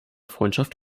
freundschaft